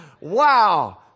Wow